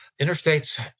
Interstates